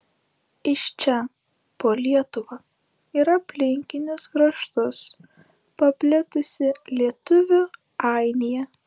iš čia po lietuvą ir aplinkinius kraštus paplitusi lietuvių ainija